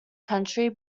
country